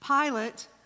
Pilate